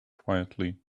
quietly